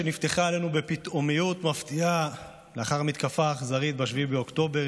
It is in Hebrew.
שנפתחה עלינו בפתאומיות מפתיעה לאחר המתקפה האכזרית ב-7 באוקטובר,